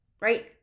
Right